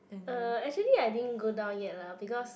uh actually I didn't go down yet lah because